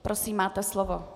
Prosím, máte slovo.